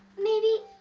maybe.